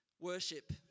worship